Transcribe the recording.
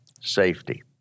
Safety